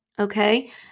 Okay